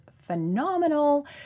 phenomenal